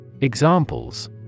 Examples